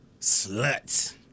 Sluts